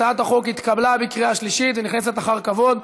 הצעת החוק התקבלה בקריאה שלישית ונכנסת אחר כבוד,